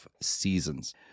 seasons